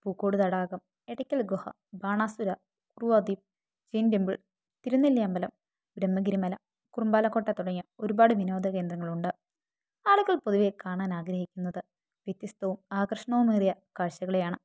പൂക്കോടു തടാകം എടക്കൽ ഗുഹ ബാണാസുര കുറുവ ദ്വീപ് ജെയിൻ ടെംപിൾ തിരുനെല്ലി അമ്പലം ബ്രഹ്മഗിരി മല കുറുമ്പാല കോട്ട തുടങ്ങിയ ഒരുപാട് വിനോദ കേന്ദ്രങ്ങളുണ്ട് ആളുകൾ പൊതുവേ കാണാൻ ആഗ്രഹിക്കുന്നത് വ്യത്യസ്തവും ആകർഷണവും ഏറിയ കാഴ്ചകളെയാണ്